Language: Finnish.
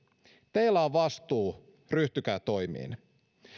teillä on vastuu ryhtykää toimiin